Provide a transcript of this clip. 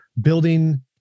building